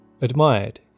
admired